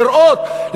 לראות,